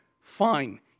Fine